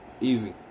Easy